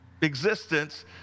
existence